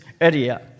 area